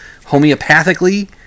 homeopathically